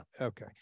Okay